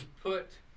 put